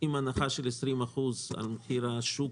עם הנחה של 20% על מחיר השוק,